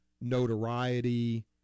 notoriety